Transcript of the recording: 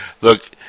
Look